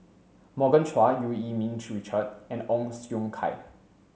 Morgan Chua Eu Yee Ming Richard and Ong Siong Kai